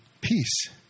peace